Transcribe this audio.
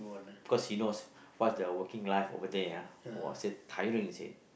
because he knows what's the working life over there ah say tiring he said